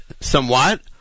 somewhat